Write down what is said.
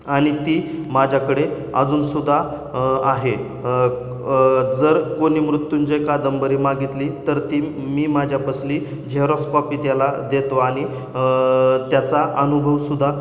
आणि ती माझ्याकडे अजून सुद्धा आहे जर कोणी मृत्युंजय कादंबरी मागितली तर ती मी माझ्यापसली झेरॉक्स कॉपी त्याला देतो आणि त्याचा अनुभव सुद्धा